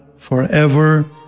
Forever